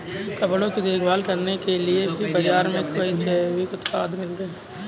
कपड़ों की देखभाल करने के लिए भी बाज़ार में कई जैविक उत्पाद मिलते हैं